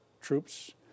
troops